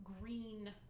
green